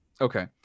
Okay